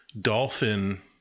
dolphin